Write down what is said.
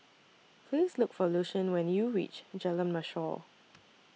Please Look For Lucien when YOU REACH Jalan Mashor